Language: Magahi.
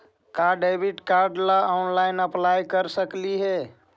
का डेबिट कार्ड ला हम ऑनलाइन अप्लाई कर सकली हे?